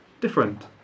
different